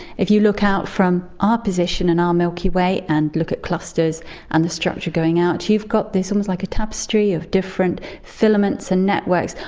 if you look out from our position in our milky way and look at clusters and the structure going out, you've got almost like a tapestry of different filaments and networks,